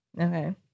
Okay